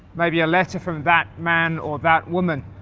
maybe a letter from that man or that woman,